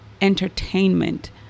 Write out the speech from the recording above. entertainment